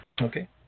Okay